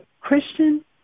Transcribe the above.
Christian